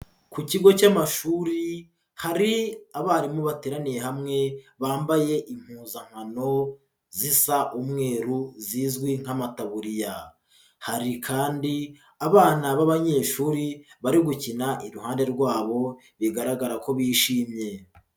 Ku kigo cy'amashuri hari abarimu bateraniye hamwe bambaye impuzankano zisa umweru zizwi nk'amataburiya. Hari kandi abana b'abanyeshuri bari gukina iruhande rwabo bigaragara ko bishimye.